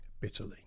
bitterly